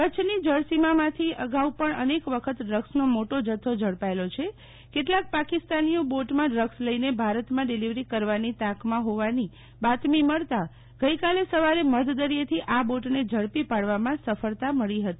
કચ્છની જલ્સીમાંમાંનથી અગાઉ પણ અનેક વખત ડ્રગ્સનો મોટો જથ્થો ઝડપાયેલો છે કેટલાક પાકિસ્તાનીઓ બોટમાં ડ્રગ્સ લઈને ભારતમાં ડીલીવરી કરવાની તાકમાં હ્રોવાની બાતમી મળતા ગઈકાલે સવારે મધદરીયેથી આ બોટને ઝડપી પાડવામાં સફળતા મળી હતી